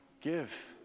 give